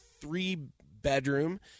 three-bedroom